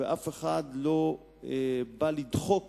ואף אחד לא בא לדחוק